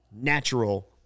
natural